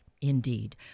indeed